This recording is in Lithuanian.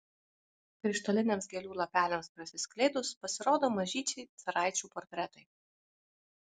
krištoliniams gėlių lapeliams prasiskleidus pasirodo mažyčiai caraičių portretai